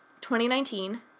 2019